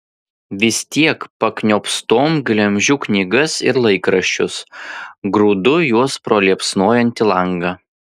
vis tiek pakniopstom glemžiu knygas ir laikraščius grūdu juos pro liepsnojantį langą